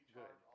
good